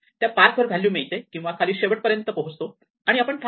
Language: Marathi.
त्या पाथ वर व्हॅल्यू मिळते किंवा खाली शेवट पर्यंत पोहोचतो आणि आपण थांबतो